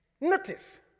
Notice